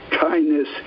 kindness